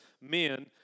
men